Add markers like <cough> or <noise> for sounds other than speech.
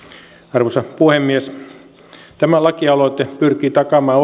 arvoisa puhemies tämä lakialoite pyrkii takaamaan <unintelligible>